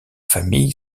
famille